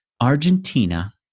Argentina